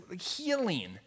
healing